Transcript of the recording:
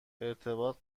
ارتباط